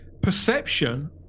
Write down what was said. perception